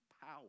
power